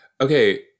Okay